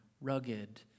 rugged